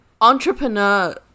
Entrepreneur